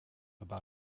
about